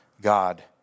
God